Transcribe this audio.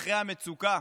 אחרי המצוקה